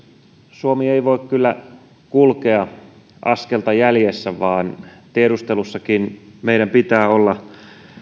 suomi ei voi kyllä kulkea askelta jäljessä vaan tiedustelussakin meidän pitää olla